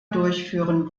durchführen